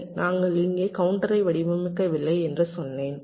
சரி நாங்கள் இன்னும் கவுண்டரை வடிவமைக்கவில்லை என்று சொன்னேன்